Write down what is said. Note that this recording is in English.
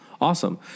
Awesome